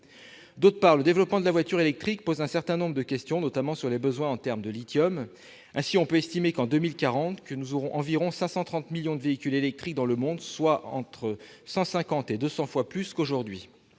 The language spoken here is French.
D'autre part, le développement de la voiture électrique pose un certain nombre de questions, notamment sur les besoins en lithium. En 2040, on peut estimer que nous aurons environ 530 millions de véhicules électriques dans le monde, soit entre 150 et 200 fois plus qu'aujourd'hui.